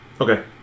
Okay